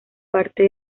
parte